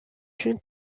une